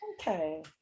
okay